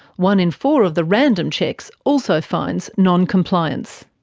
one in four of the random checks also finds non-compliance.